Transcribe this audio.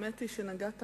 האמת היא שנגעת